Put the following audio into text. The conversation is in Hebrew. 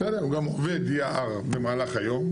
הוא גם עובד יער במהלך היום.